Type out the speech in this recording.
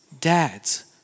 dads